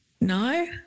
no